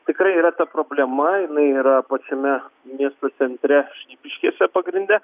tikrai yra ta problema jinai yra pačiame miesto centre šnipiškėse pagrinde